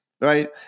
right